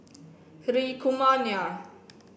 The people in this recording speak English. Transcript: Hri Kumar Nair